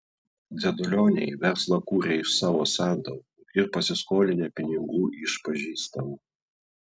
dzedulioniai verslą kūrė iš savo santaupų ir pasiskolinę pinigų iš pažįstamų